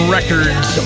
Records